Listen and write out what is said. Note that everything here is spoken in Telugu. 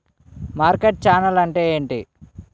మార్కెట్ ఛానల్ అంటే ఏంటి?